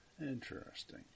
Interesting